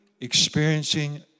experiencing